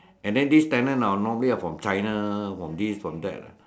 and then this tenant ah normally are from China from this from that lah